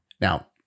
Now